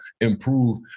improve